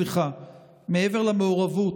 מעבר למעורבות,